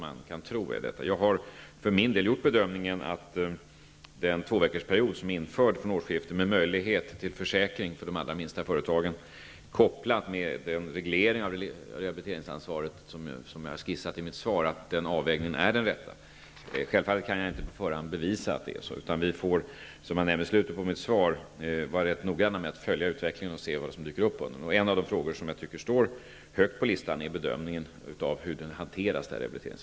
Jag har gjort bedömningen att den bestämmelse som infördes från årsskiftet, om sjuklön under en tvåveckorsperiod med möjlighet till försäkring för de allra minsta företagen, kopplad till en reglering av rehabiliteringsansvaret, innebär den rätta avvägningen. Självfallet kan jag inte på förhand bevisa att det är så. Vi får, som jag nämner i slutet av mitt svar, vara noggranna med att följa utvecklingen och se vad som dyker upp. En av de frågor jag tycker står högt på listan är bedömningen av hur rehabiliteringsansvaret hanteras.